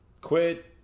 quit